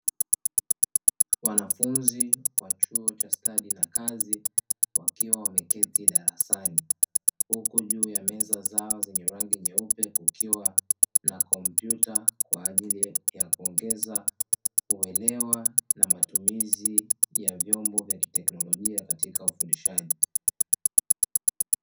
Wanafunzi wa chuo cha ustadi na kazi wakiwa wameketi darasani huku juu ya meza zao zenye rangi nyeupe kukiwa na kompyuta kwaajili ya kuongeza uelewa na matumizi ya vyombo vya teknolojia katika ufundishaji.